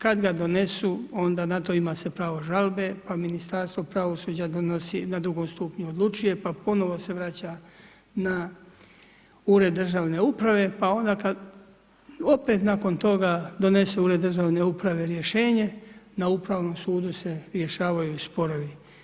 Kad ga donesu onda na to ima se pravo žalbe, pa Ministarstvo pravosuđa donosi na drugom stupnju odlučuje, pa ponovo se vraća na ured državne uprave, pa onda kad opet nakon toga donese ured državne uprave rješenje na Upravnom sudu se rješavaju sporovi.